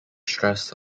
stress